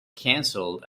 cancelled